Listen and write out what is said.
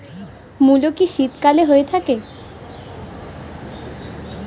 মূলো কি শীতকালে হয়ে থাকে?